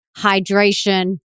hydration